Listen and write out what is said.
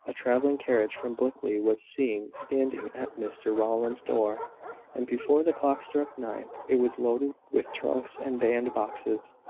a travelling-carriage from blickley was seen standing at mr rowland's door and before the clock struck nine, it was loaded with trunks and band-boxes,